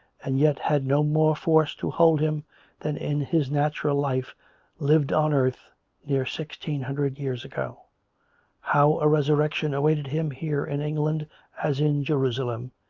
and yet had no more force to hold him than in his natural life lived on earth near sixteen hundred years ago how a resurrection awaited him here in england as in jerusalem,